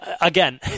again